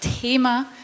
Thema